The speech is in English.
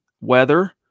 weather